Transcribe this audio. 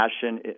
passion